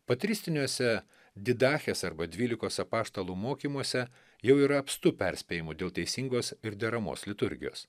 patristiniuose didachės arba dvylikos apaštalų mokymuose jau yra apstu perspėjimų dėl teisingos ir deramos liturgijos